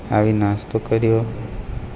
આવી નાસ્તો કર્યો